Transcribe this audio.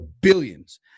billions